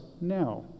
now